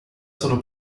sono